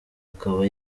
akaba